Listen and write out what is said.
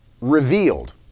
revealed